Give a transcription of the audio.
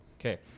okay